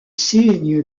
signe